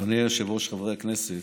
אדוני היושב-ראש, חברי הכנסת,